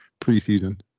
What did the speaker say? preseason